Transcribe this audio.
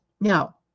Now